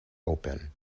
open